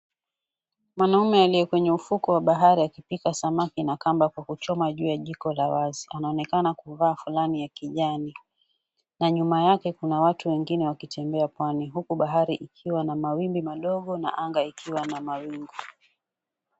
Mwanaume aliye kwenye ufukwe wa bahari akipika samaki na kamba kwa kuchoma juu ya jiko la wazi anaonekana kuvaa falana ya kijani na nyuma yake kuna watu wengine wakitembea pwani huku bahari ikiwa na mawimbi madogo na anga ikiwa na mawingu.